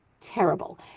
terrible